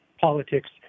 politics